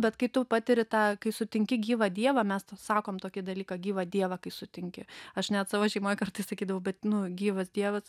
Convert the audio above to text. bet kai tu patiri tą kai sutinki gyvą dievą mes tau sakom tokį dalyką gyvą dievą kai sutinki aš net savo šeimoj kartais sakydavau bet nu gyvas dievas